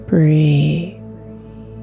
Breathe